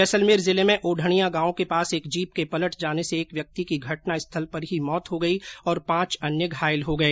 जैसलमेर जिले में ओढनिया गांव के पास एक जीप के पलट जाने से एक व्यक्ति की घटना स्थल पर ही मौत हो गई और पांच अन्य घायल हो गए